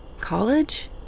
college